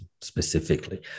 specifically